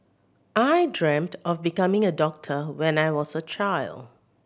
I dreamt of becoming a doctor when I was a child